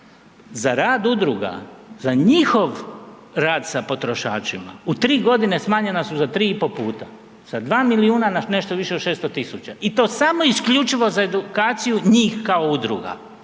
za rad udruga, za njihov rad sa potrošačima u tri godine smanjena su za tri i pol puta sa 2 milijuna na nešto više od 600 tisuća i to samo isključivo za edukaciju njih kao udruga,